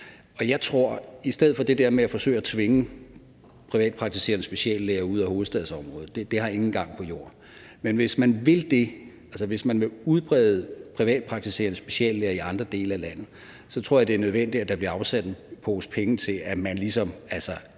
Jeg tror ikke, at det der med at forsøge at tvinge privatpraktiserende speciallæger ud af hovedstadsområdet har nogen gang på jord. Men hvis man vil det – hvis man vil udbrede privatpraktiserende speciallæger i andre dele af landet – så tror jeg, det er nødvendigt, at der bliver afsat en pose penge, som man binder